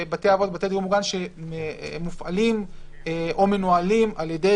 בתי אבות ובתי דיור מוגן שמופעלים או מנוהלים על ידי